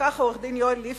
לקח עורך-הדין יואל ליפשיץ,